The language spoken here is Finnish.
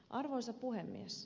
arvoisa puhemies